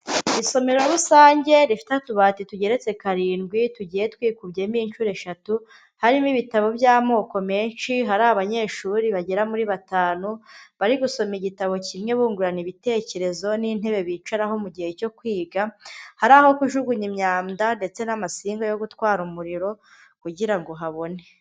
Isomero rusange rifite utubati tugeretse karindwi, tugiye twikubyemo inshuro eshatu, harimo ibitabo by'amoko menshi, hari abanyeshuri bagera muri batanu, bari gusoma igitabo kimwe bungurana ibitekerezo n'intebe bicaraho mu gihe cyo kwiga, hari aho kujugunya imyanda ndetse n'amasinga yo gutwara umuriro kugira ngo habone.